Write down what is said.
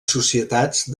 societats